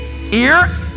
Ear